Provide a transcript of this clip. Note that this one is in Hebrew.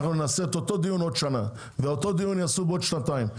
אנחנו נעשה את אותו דיון בעוד שנה ואותו דיון יעשו בעוד שניים,